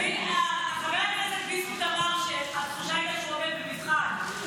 חבר הכנסת פינדרוס אמר שהתחושה הייתה שהוא עומד במבחן,